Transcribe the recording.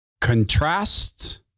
Contrast